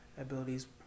abilities